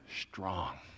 strong